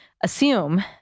assume